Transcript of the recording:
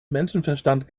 menschenverstand